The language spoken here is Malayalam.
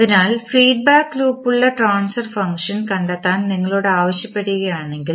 അതിനാൽ ഫീഡ്ബാക്ക് ലൂപ്പുള്ള ട്രാൻസ്ഫർ ഫംഗ്ഷൻ കണ്ടെത്താൻ നിങ്ങളോട് ആവശ്യപ്പെടുകയാണെങ്കിൽ